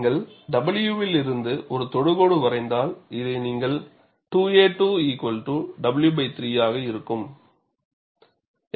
நீங்கள் W இலிருந்து ஒரு தொடுகோடு வரைந்தால் இதை நீங்கள் 2a2 W 3 ஆக இருக்கும்